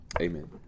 Amen